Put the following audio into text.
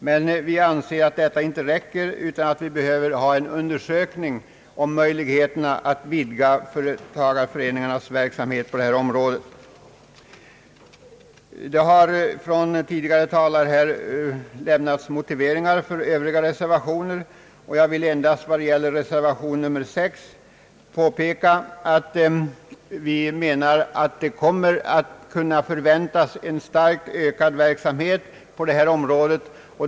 Vi anser emellertid att detta inte är tillräckligt utan att behov föreligger för en undersökning om möjligheterna att vidga företagareföreningarnas verksamhet på detta område. Tidigare talare har här lämnat motiveringar för övriga reservationer. Jag vill endast beträffande reservation 6 påpeka att man kan vänta en starkt ökad verksamhet på detta område.